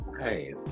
hey